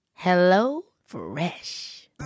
HelloFresh